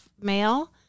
mail